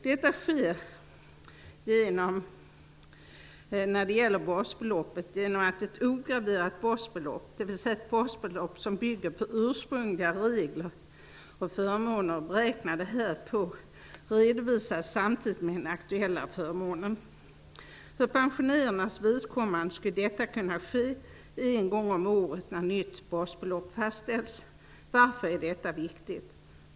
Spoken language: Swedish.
Detta sker när det gäller basbeloppet genom att ett ograverat basbelopp, dvs. ett basbelopp som bygger på ursprungliga regler och förmåner beräknade härpå, redovisas samtidigt med den aktuella förmånen. För pensionärernas vidkommande skulle detta kunna ske en gång om året när nytt basbelopp fastställs. Varför är detta viktigt?